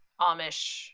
Amish